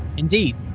indeed,